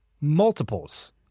multiples